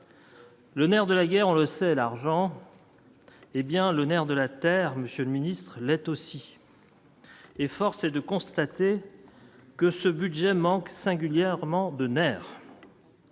Le nerf de la guerre, on le sait, l'argent est bien le nerf de la Terre, Monsieur le Ministre, l'est aussi. Et force est de constater que ce budget manque singulièrement de nerf.